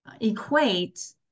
equate